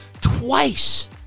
twice